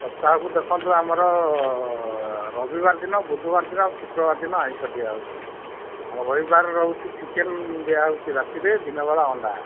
ସପ୍ତାହକୁ ଦେଖନ୍ତୁ ଆମର ରବିବାର ଦିନ ବୁଧବାର ଦିନ ଆଉ ଶୁକ୍ରବାର ଦିନ ଆଇଁଷ ଦିଆହେଉଛି ଆମ ରବିବାରର ରହୁଛି ଚିକେନ୍ ଦିଆହେଉଛି ରାତିରେ ଦିନବେଳା ଅଣ୍ଡା